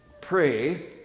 pray